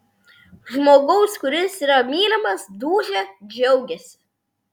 žmogaus kuris yra mylimas dūšia džiaugiasi